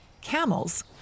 camels